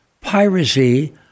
piracy